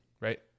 right